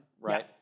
right